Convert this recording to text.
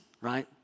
right